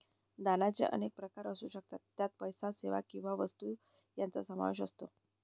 दानाचे अनेक प्रकार असू शकतात, ज्यात पैसा, सेवा किंवा वस्तू यांचा समावेश आहे